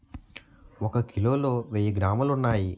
ఒక కిలోలో వెయ్యి గ్రాములు ఉన్నాయి